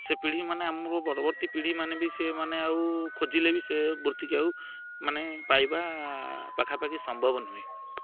ସେ ପିଢ଼ି ମାନେ ଆମର ପରବର୍ତ୍ତୀ ପିଢ଼ି ମାନେ ବି ସେମାନେ ଆଉ ଖୋଜିଲେ ବି ସେ ବୃତ୍ତିକୁ ଆଉ ମାନେ ପାଇବା ପାଖାପାଖି ସମ୍ଭବ ନ ହୁଏ